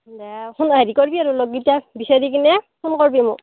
দে শুন হেৰি কৰিবি আৰু লগগিটা বিচাৰি কিনে ফোন কৰিবি মোক